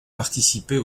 participerait